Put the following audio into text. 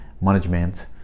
management